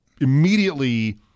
immediately